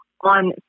on